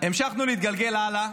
המשכנו להתגלגל הלאה.